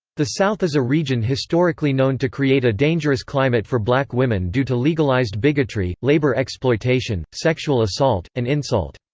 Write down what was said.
the south is a region historically known to create a dangerous climate for black women due to legalized bigotry, labor exploitation, sexual assault, and insult.